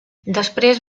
després